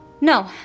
No